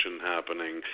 happening